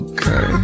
Okay